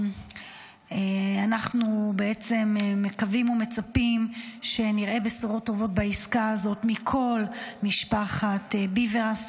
אנחנו מקווים ומצפים שנראה בשורות טובות בעסקה הזאת מכל משפחת ביבס.